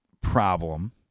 problem